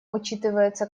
учитываются